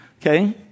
Okay